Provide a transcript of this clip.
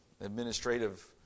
Administrative